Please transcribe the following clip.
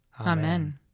Amen